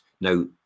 Now